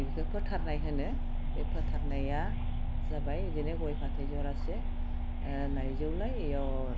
बिखौ फोथारनाय होनो बे फोथारनाया जाबाय बिदिनो गय फाथै जरासे लाइजौ लाइ बियाव